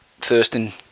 Thurston